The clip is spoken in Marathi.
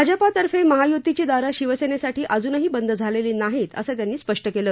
भाजपातर्फे महायुतीची दारं शिवसेनेसाठी अजूनही बंद झालेली नाहीत असं त्यांनी स्पष्ट केलं